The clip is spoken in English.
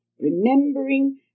remembering